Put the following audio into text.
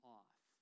off